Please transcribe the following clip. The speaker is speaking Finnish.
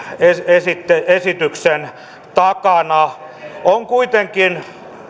tämän esityksen takana on kuitenkin